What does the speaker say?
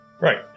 Right